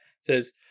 says